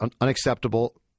unacceptable